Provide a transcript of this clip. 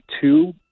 two